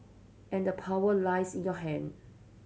and the power lies in your hand